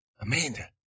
Amanda